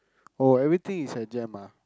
oh everything is at Jem ah